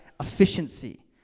Efficiency